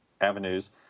avenues